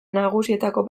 nagusietako